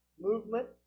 movement